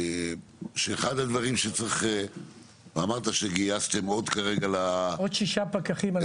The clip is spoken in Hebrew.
אמרת שגייסתם עוד כרגע --- עוד שישה פקחים.